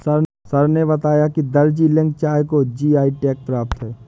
sir ने बताया कि दार्जिलिंग चाय को जी.आई टैग प्राप्त है